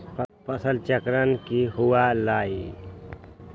फसल चक्रण की हुआ लाई?